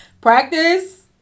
Practice